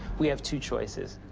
we have two choices.